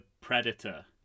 Predator